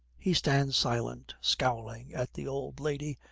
he stands silent, scowling at the old lady,